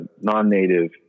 non-native